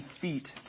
feet